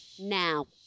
now